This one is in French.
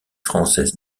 françaises